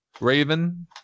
Raven